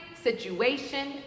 situation